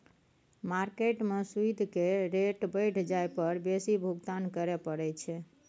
market में सूइद केर रेट बढ़ि जाइ पर बेसी भुगतान करइ पड़इ छै